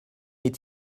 est